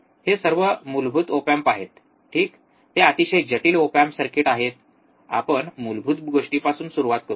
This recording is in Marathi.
हे सर्व मूलभूत ओप एम्प आहेत ठीक ते अतिशय जटिल ओप एम्प सर्किट आहेत आपण मूलभूत गोष्टींपासून सुरुवात करू